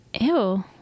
Ew